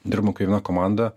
dirbam kaip viena komanda